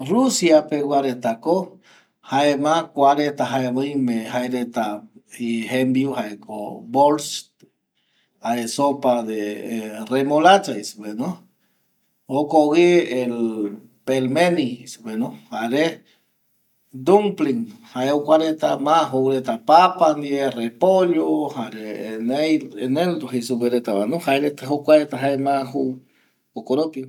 Rusia peguareta jaeko jembiu reta borsh jare sopa de remolacha jokogüi pelmeni jei supe va jare dumpling ma jou reta papa ndie, repollo jae ma joureta jokuareta jokoropi va.